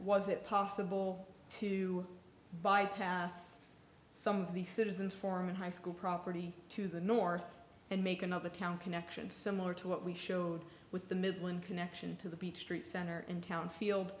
was it possible to bypass some of the citizens form in high school property to the north and make another town connection similar to what we showed with the midland connection to the beach street center in town field